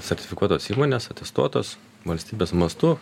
sertifikuotos įmonės atestuotos valstybės mastu